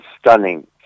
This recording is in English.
stunning